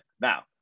Now